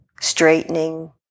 straightening